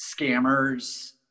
scammers